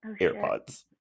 AirPods